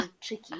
tricky